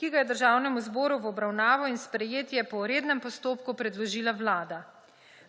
ki ga je Državnemu zboru v obravnavo in sprejetje po rednem postopku predložila Vlada.